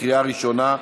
קריאה ראשונה,